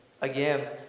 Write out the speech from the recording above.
again